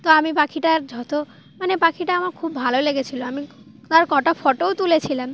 তো আমি পাখিটার যত মানে পাখিটা আমার খুব ভালো লেগেছিলো আমি তার কটা ফটোও তুলেছিলাম